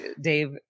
Dave